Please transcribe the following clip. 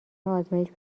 آزمایش